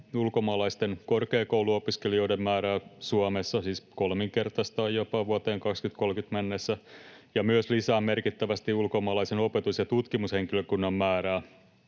ulkomaalaisten korkeakouluopiskelijoiden määrää Suomessa, siis kolminkertaistamaan jopa vuoteen 2030 mennessä, ja myös lisäämään merkittävästi ulkomaalaisen opetus- ja tutkimushenkilökunnan määrää,